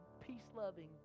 peace-loving